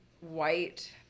white